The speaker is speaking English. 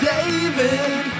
David